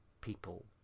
people